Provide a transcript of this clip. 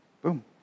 Boom